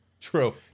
True